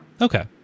Okay